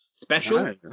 Special